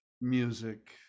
music